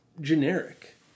generic